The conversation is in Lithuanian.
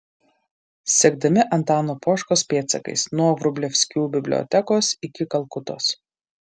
sekdami antano poškos pėdsakais nuo vrublevskių bibliotekos iki kalkutos